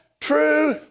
true